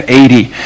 eighty